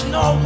no